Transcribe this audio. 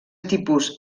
tipus